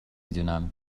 دونم